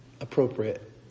appropriate